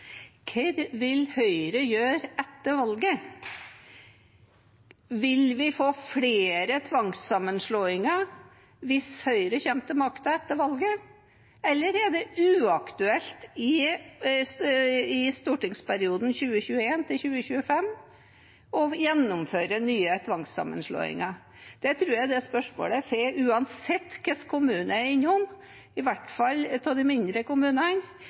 Hva vil Høyre gjøre etter valget? Vil vi få flere tvangssammenslåinger hvis Høyre kommer til makten etter valget, eller er det uaktuelt i stortingsperioden 2021–2025 å gjennomføre nye tvangssammenslåinger? Det tror jeg er det spørsmålet jeg får uansett hvilken kommune jeg er innom, i hvert fall de mindre kommunene.